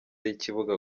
y’ikibuga